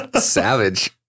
Savage